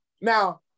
now